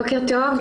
בוקר טוב.